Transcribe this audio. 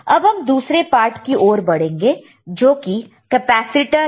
अब हम दूसरे पार्ट की ओर बढ़ेंगे जो कि कैपेसिटर है